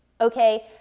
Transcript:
Okay